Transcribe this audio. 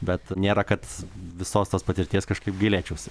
bet nėra kad visos tos patirties kažkaip gailėčiausi